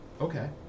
Okay